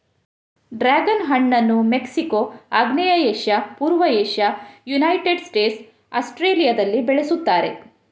dragon ಹಣ್ಣನ್ನು Mexico, ಆಗ್ನೇಯ Asia, ಪೂರ್ವ ಏಷ್ಯಾ, ಯುನೈಟೆಡ್ ಸ್ಟೇಟ್ಸ್, ಆಸ್ಟ್ರೇಲಿಯಾದಲ್ಲಿ ಬೆಳೆಸುತ್ತಾರೆ